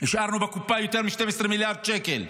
השארנו בקופה יותר מ-12 מיליארד שקל.